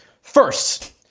First